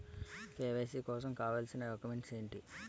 KYC కోసం కావాల్సిన documents ఎంటి?